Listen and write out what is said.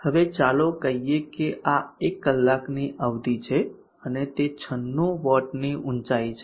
હવે ચાલો કહીએ કે આ 1 કલાકની અવધિ છે અને તે 96 વોટની ઊચાઇ છે